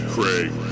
Craig